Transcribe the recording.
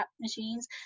machines